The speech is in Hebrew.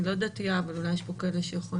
אני לא יודעת אבל אולי יש פה כאלה שיכולים